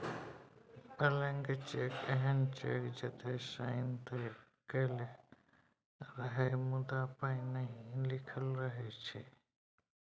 blank cheque एहन cheque जतय sign तए कएल रहय मुदा पाइ नहि लिखल रहै छै